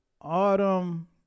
Autumn